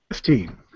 Fifteen